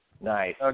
Nice